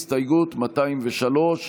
הסתייגות 203,